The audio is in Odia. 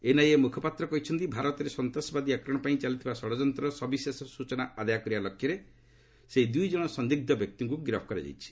ଏନ୍ଆଇଏ ମୁଖପାତ୍ର କହିଛନ୍ତି ଭାରତରେ ସନ୍ତାସବାଦୀ ଆକ୍ରମଣ ପାଇଁ ଚାଲିଥିବା ଷଡ଼ଯନ୍ତ୍ର ସବିଶେଷ ସୂଚନା ଆଦାୟ କରିବା ଲକ୍ଷ୍ୟରେ ସେହି ଦୁଇ ଜଣ ସନ୍ଦିଗ୍ଧ ବ୍ୟକ୍ତିଙ୍କୁ ଗିରଫ କରାଯାଇଛି